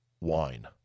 wine